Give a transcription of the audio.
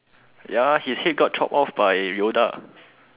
ya his head got chopped off by Yoda